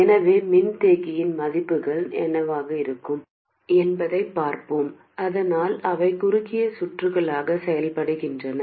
எனவே மின்தேக்கியின் மதிப்புகள் என்னவாக இருக்க வேண்டும் என்பதைப் பார்ப்போம் அதனால் அவை குறுகிய சுற்றுகளாக செயல்படுகின்றன